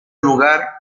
lugar